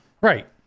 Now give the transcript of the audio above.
right